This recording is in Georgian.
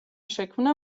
შექმნა